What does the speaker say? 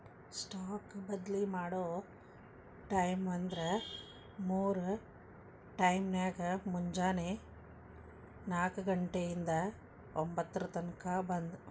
stock ಬದ್ಲಿ ಮಾಡೊ ಟೈಮ್ವ್ಂದ್ರ ಮೂರ್ ಟೈಮ್ನ್ಯಾಗ, ಮುಂಜೆನೆ ನಾಕ ಘಂಟೆ ಇಂದಾ ಒಂಭತ್ತರ ತನಕಾ ಒಂದ್